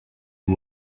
you